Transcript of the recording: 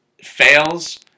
fails